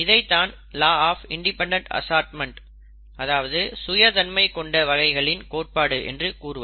இதை தான் law of independent assortment அதாவது சுய தன்மை கொண்ட வகைகளின் கோட்பாடு என்று கூறுவர்